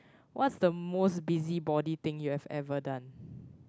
what's the most busybody thing you've ever done